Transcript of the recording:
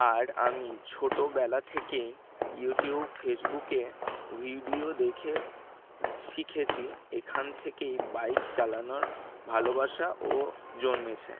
আর আমি ছোটোবেলা থেকেই ইউটিউব ফেসবুকে ভিডিও দেখে শিখেছি এখান থেকেই বাইক চালানোর ভালোবাসা ও জন্মেছে